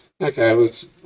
Okay